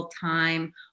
time